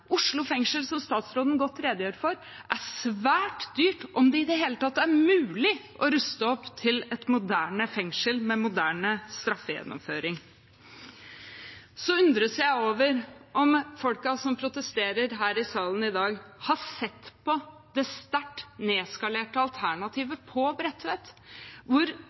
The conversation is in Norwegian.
Oslo fengsel er, som statsråden redegjør godt for, svært dyrt om det i det hele tatt er mulig å ruste opp til et moderne fengsel med moderne straffegjennomføring. Så undres jeg over om folkene som protesterer her i salen i dag, har sett på det sterkt nedskalerte alternativet på Bredtvet, hvor